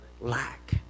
lack